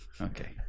Okay